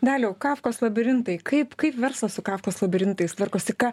daliau kafkos labirintai kaip kaip verslas su kafkos labirintais tvarkosi ką